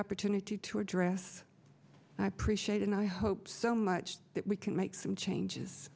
opportunity to address and i appreciate and i hope so much that we can make some changes